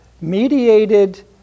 mediated